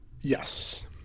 Yes